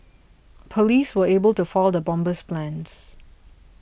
police were able to foil the bomber's plans